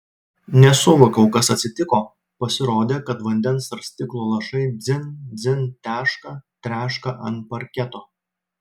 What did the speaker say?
nesuvokiau kas atsitiko pasirodė kad vandens ar stiklo lašai dzin dzin teška treška ant parketo